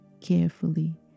carefully